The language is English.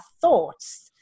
thoughts